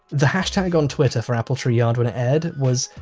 the hashtag on twitter for appletree yard when it aired was,